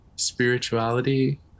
spirituality